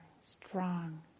strong